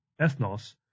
ethnos